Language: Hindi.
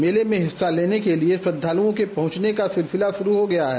मेले मे हिस्सा लेने के लिये श्रद्वालुओं के पहुँचने का सिलसिला शुरू हो गया है